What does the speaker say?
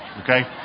okay